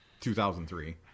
2003